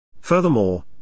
Furthermore